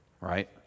right